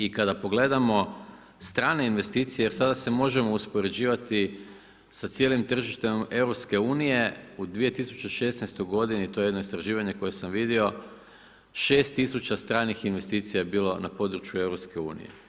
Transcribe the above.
I kada pogledamo strane investicije jer sada se možemo uspoređivati sa cijelim tržištem EU u 2016. godini, to je jedno istraživanje koje sam vidio 6000 stranih investicija je bilo na području EU.